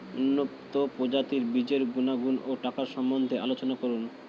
উন্নত প্রজাতির বীজের গুণাগুণ ও টাকার সম্বন্ধে আলোচনা করুন